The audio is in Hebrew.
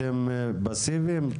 אתם פסיביים?